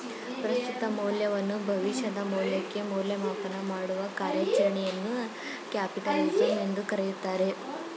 ಪ್ರಸ್ತುತ ಮೌಲ್ಯವನ್ನು ಭವಿಷ್ಯದ ಮೌಲ್ಯಕ್ಕೆ ಮೌಲ್ಯಮಾಪನ ಮಾಡುವ ಕಾರ್ಯಚರಣೆಯನ್ನು ಕ್ಯಾಪಿಟಲಿಸಂ ಎಂದು ಕರೆಯುತ್ತಾರೆ